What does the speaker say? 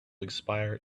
expire